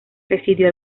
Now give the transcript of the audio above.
residió